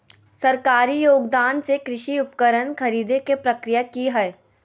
सरकारी योगदान से कृषि उपकरण खरीदे के प्रक्रिया की हय?